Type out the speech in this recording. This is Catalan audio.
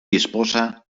disposa